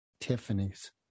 Tiffany's